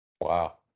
Wow